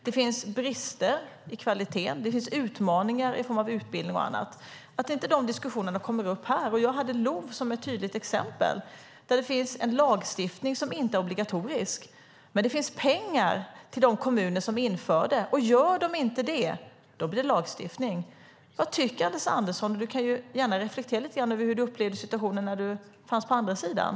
Det finns brister i kvaliteten. Det finns utmaningar i form av utbildning och annat. De diskussionerna borde komma upp här. Jag hade LOV som ett tydligt exempel. Där finns det en lagstiftning som inte är obligatorisk. Men det finns pengar till de kommuner som inför den och gör de inte det, då blir det lagstiftning. Vad tycker Anders Andersson? Han kan gärna få reflektera lite över hur han upplevde situationen på den andra sidan.